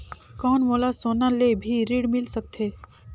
कौन मोला सोना ले भी ऋण मिल सकथे?